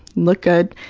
look good.